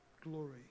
glory